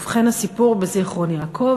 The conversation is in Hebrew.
ובכן הסיפור בזיכרון-יעקב,